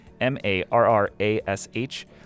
M-A-R-R-A-S-H